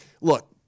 look